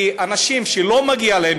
כי אנשים שלא מגיע להם,